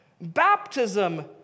baptism